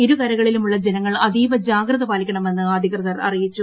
ഇരു കരകളിലും ഉള്ള ജനങ്ങൾ അതീവ ജാഗ്രത പാലിക്കണമെന്ന് അധികൃതർ അറിയിച്ചു